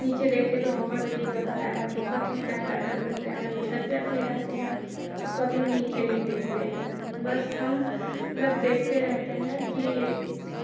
नीचे देखने पे बहुत अजीब लगता है बहुत ही ज़्यादा डर लगता है हम छत पे अपने जाते हैं तो कभी हम नीचे नहीं देखते हैं बस हम मतलब देखते रहते हैं कि